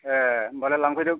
ए होम्बालाय लांफैदो